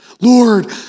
Lord